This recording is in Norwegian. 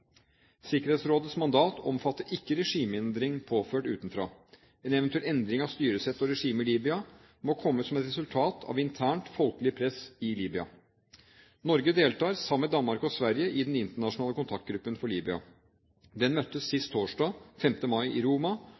Sikkerhetsrådets mandat omfatter ikke regimeendring påført utenfra. En eventuell endring av styresett og regime i Libya må komme som et resultat av internt folkelig press i Libya. Norge deltar, sammen med Danmark og Sverige, i Den internasjonale kontaktgruppen for Libya. Den møttes sist torsdag, 5. mai, i Roma,